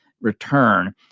return